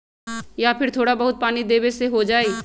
या फिर थोड़ा बहुत पानी देबे से हो जाइ?